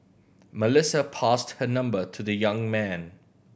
Melissa passed her number to the young man